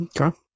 Okay